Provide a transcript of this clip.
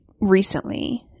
recently